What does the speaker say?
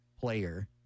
player